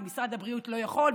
משרד הבריאות לא יכול,